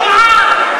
חבר הכנסת זחאלקה,